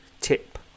tip